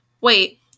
Wait